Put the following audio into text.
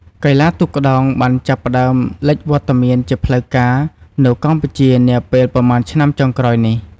កីឡាទូកក្ដោងបានចាប់ផ្ដើមលេចវត្តមានជាផ្លូវការនៅកម្ពុជានាពេលប៉ុន្មានឆ្នាំចុងក្រោយនេះ។